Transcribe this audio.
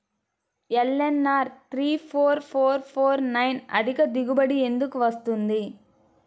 LNR three four four four nine అధిక దిగుబడి ఎందుకు వస్తుంది?